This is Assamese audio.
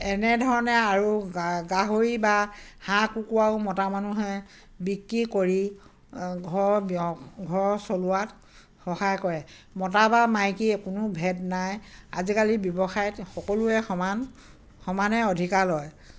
এনেধৰণে আৰু গাহৰি বা হাঁহ কুকুৰাও মতা মানুহে বিক্ৰী কৰি ঘৰ চলোৱাত সহায় কৰে মতা বা মাইকীয়ে কোনো ভেদ নাই আজিকালি ব্যৱসায়ত সকলোৱে সমান সমানে অধিকাৰ লয়